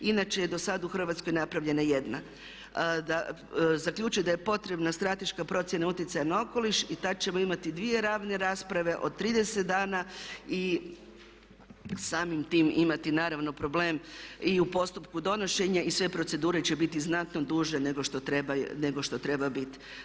Inače je do sad u Hrvatskoj napravljena jedna, zaključi da je potrebna strateška procjena utjecaja na okoliš i tad ćemo imati dvije ravne rasprave od 30 dana i samim tim imati naravno problem i u postupku donošenja i sve procedure će biti znatno duže nego što treba biti.